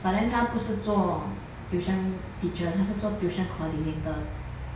but then 他不是做 tuition teacher 他是做 tuition coordinator